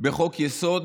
בחוק-יסוד